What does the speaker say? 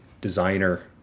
designer